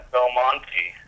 Belmonte